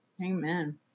Amen